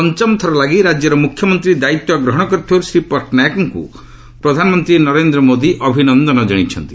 ପଞ୍ଚମ ବାର ଲାଗି ରାଜ୍ୟର ମୁଖ୍ୟମନ୍ତ୍ରୀ ଦାୟିତ୍ୱ ଗ୍ରହଣ କରିଥିବାରୁ ଶ୍ରୀ ପଟ୍ଟନାୟକଙ୍କୁ ପ୍ରଧାନମନ୍ତ୍ରୀ ନରେନ୍ଦ୍ର ମୋଦି ଅଭିନନ୍ଦନ ଜଣାଇଛନ୍ତି